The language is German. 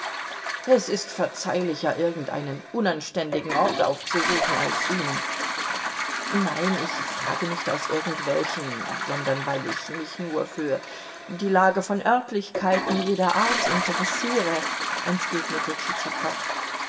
es ist verzeihlicher irgendeinen unanständigen ort aufzusuchen als ihn nein ich fragte nicht aus irgendwelchem sondern weil ich mich nur für die lage von örtlichkeiten jeder art interessiere entgegnete